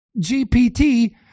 GPT